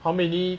how many